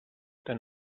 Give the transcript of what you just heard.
than